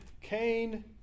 Cain